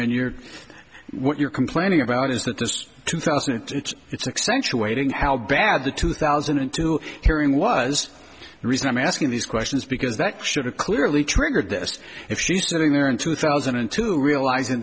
mean you're what you're complaining about is that this two thousand and two it's accentuating how bad the two thousand and two hearing was the reason i'm asking these questions because that should have clearly triggered this if she's sitting there in two thousand and two realizing